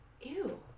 Ew